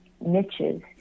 niches